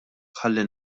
ħalli